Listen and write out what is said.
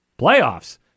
playoffs